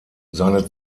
seine